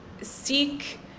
seek